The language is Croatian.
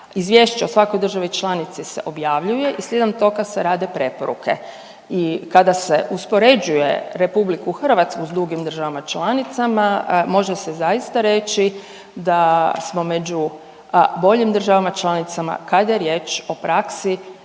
Izvješće o svakoj državi članici se objavljuje i slijedom toga se rade preporuke i kada se uspoređuje RH s drugim državama članicama može se zaista reći da smo među boljim državama članicama kada je riječ o praksi